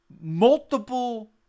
multiple